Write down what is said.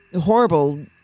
horrible